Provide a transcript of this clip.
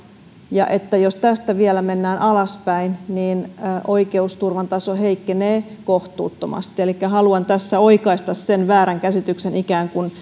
ja että jos tästä vielä mennään alaspäin niin oikeusturvan taso heikkenee kohtuuttomasti elikkä haluan tässä oikaista sen väärän käsityksen että ikään kuin